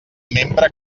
membre